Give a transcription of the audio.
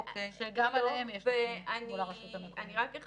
שגם עליהם יש תוכנית מול הרשות המקומית.